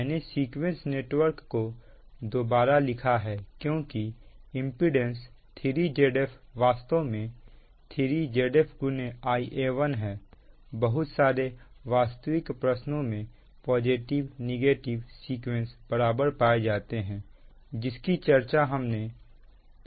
मैंने sequence network को दोबारा लिखा है क्योंकि इंपीडेंस 3 Zf वास्तव में 3 Zf Ia1 है बहुत सारे वास्तविक प्रश्नों में पॉजिटिव नेगेटिव सीक्वेंस बराबर पाए जाते हैं जिसकी चर्चा हमने पहले की हुई है